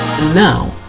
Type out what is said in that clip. Now